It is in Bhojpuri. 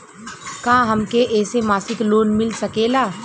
का हमके ऐसे मासिक लोन मिल सकेला?